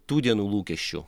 tų dienų lūkesčių